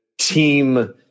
team